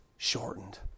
shortened